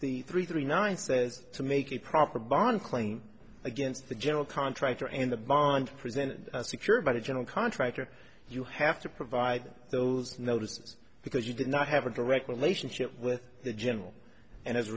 the three three nine says to make a proper bond claim against the general contractor and the bar and present secured by the general contractor you have to provide those notices because you did not have a direct relationship with the general and as a